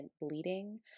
bleeding